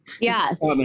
Yes